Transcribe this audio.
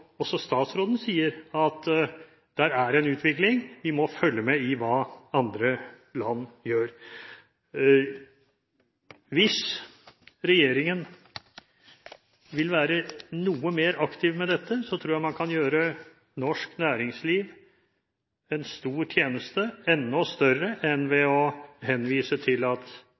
Også statsråden sier at det er en utvikling, og at vi må følge med i hva andre land gjør. Hvis regjeringen vil være noe mer aktiv når det gjelder dette, tror jeg man kan gjøre norsk næringsliv en stor tjeneste – enda større enn ved å henvise til,